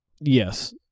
Yes